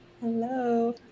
Hello